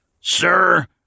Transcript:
Sir